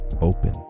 Open